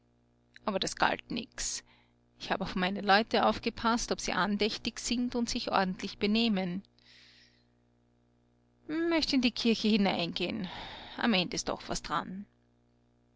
aber das galt nichts ich hab auf meine leut aufgepaßt ob sie andächtig sind und sich ordentlich benehmen möcht in die kirche hineingeh'n am end ist doch was d'ran